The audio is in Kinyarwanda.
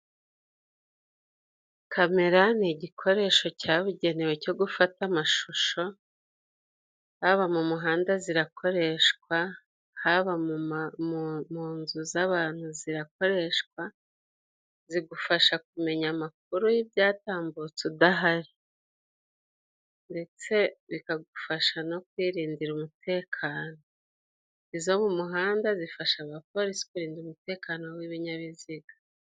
Kamera ni igikoresho cyabugenewe cyo gufata amashusho, haba mu muhanda zirakoreshwa, haba mu nzu z'abantu zirakoreshwa, zigufasha kumenya amakuru y'ibyatambutse udahari. Ndetse bikagufasha no kwirindira umutekano. Izo mu muhanda zifasha abapolisi kurinda umutekano w'ibinyabiziga.